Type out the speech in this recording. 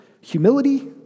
Humility